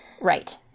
Right